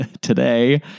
today